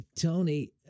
Tony